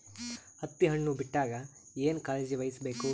ಹತ್ತಿ ಹಣ್ಣು ಬಿಟ್ಟಾಗ ಏನ ಕಾಳಜಿ ವಹಿಸ ಬೇಕು?